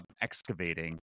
excavating